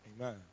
Amen